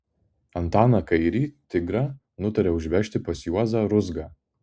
antaną kairį tigrą nutarė užvežti pas juozą ruzgą